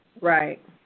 Right